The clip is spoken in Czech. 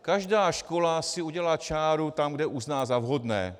Každá škola si udělá čáru tam, kde uzná za vhodné.